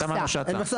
אין מכסה?